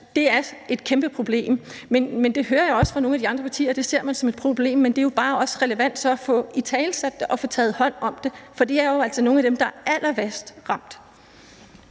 det er et kæmpeproblem. Men det hører jeg også fra nogle af de andre partier at man ser som et problem, men det er jo bare også relevant at få italesat det og få taget hånd om det, for det er jo altså nogle af dem, der er allerværst ramt.